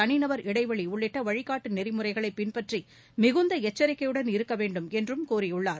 தனிறபர் இடைவெளிஉள்ளிட்டவழிகாட்டுநெறிமுறைகளைபின்பற்றியிகுந்தளச்சரிக்கையுட்ன இருக்கவேண்டும் என்றும் கூறியுள்ளார்